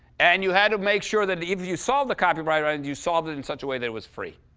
and you had to make sure that if you solve the kind of you but and you solved it in such a way that it was free.